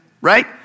right